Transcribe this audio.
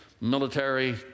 military